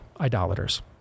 idolaters